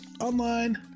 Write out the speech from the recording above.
online